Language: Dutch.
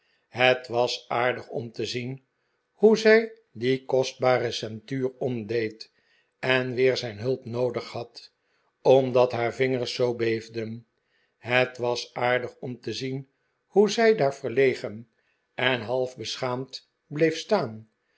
het was aardig om te zien hoe zij die kostbare ceintuur omdeed en weer zijn hulp noodig had omdat haar vingers zoo beefden het was aardig om te zien hoe zij daar verlegen en half beschaamd bleef staan